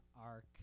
arc